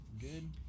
good